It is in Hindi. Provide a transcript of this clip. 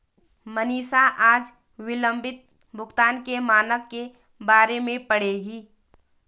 मनीषा आज विलंबित भुगतान के मानक के बारे में पढ़ेगी